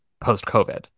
post-COVID